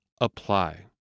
apply